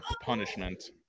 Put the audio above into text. punishment